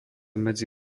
medzi